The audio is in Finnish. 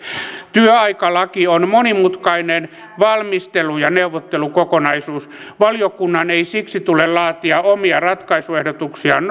työaikalaki on monimutkainen valmistelu ja neuvottelukokonaisuus valiokunnan ei siksi tule laatia omia ratkaisuehdotuksiaan